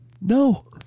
No